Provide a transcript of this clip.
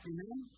Amen